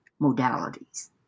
modalities